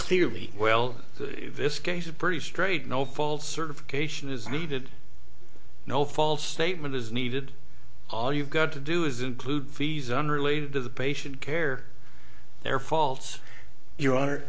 clearly well this case a pretty straight no false certification is needed no false statement is needed all you've got to do is included fees unrelated to the patient care their faults you